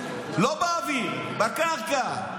לא באוויר, בקרקע,